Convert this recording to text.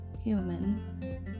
human